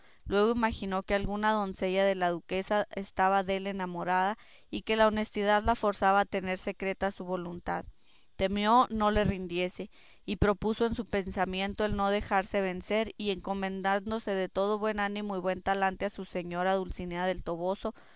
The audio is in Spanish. luego imaginó que alguna doncella de la duquesa estaba dél enamorada y que la honestidad la forzaba a tener secreta su voluntad temió no le rindiese y propuso en su pensamiento el no dejarse vencer y encomendándose de todo buen ánimo y buen talante a su señora dulcinea del toboso